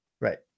Right